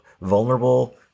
vulnerable